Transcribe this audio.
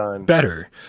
better